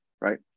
right